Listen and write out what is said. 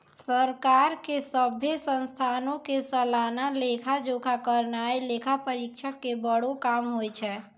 सरकार के सभ्भे संस्थानो के सलाना लेखा जोखा करनाय लेखा परीक्षक के बड़ो काम होय छै